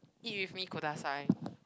eat with me kudasai